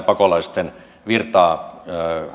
pakolaisten virtaa